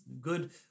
Good